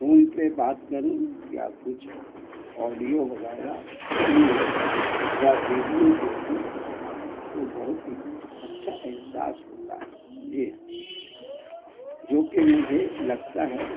phone پہ بات کروں یا کچھ آڈیو وغیرہ سنوں یا ویڈیو دیکھوں تو بہت ہی اچھا احساس ہوتا ہے جی ہ جو کہ مجھے لگتا ہے